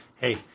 hey